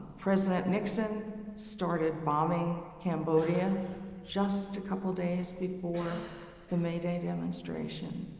president nixon started bombing cambodia just a couple days before the may day demonstration.